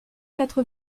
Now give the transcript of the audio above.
quatre